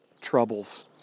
troubles